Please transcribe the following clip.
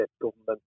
government